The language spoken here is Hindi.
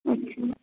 अच्छा